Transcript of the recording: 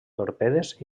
torpedes